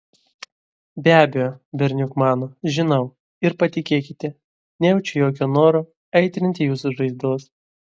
be abejo berniuk mano žinau ir patikėkite nejaučiu jokio noro aitrinti jūsų žaizdos